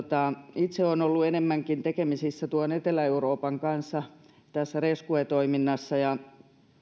itse olen ollut enemmänkin tekemisissä etelä euroopan kanssa tässä rescuetoiminnassa ja